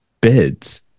bids